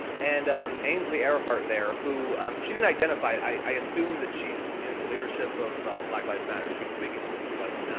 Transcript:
and um ainslie earhart there, who um shouldn't identify, i assume that she's in the leadership of black lives matter. she's speaking as if she was,